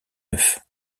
neuf